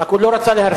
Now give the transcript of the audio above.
רק הוא לא רצה להרחיב.